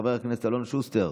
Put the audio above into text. חבר הכנסת אלון שוסטר,